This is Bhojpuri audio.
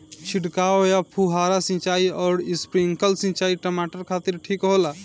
छिड़काव या फुहारा सिंचाई आउर स्प्रिंकलर सिंचाई टमाटर खातिर ठीक होला?